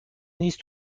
نیست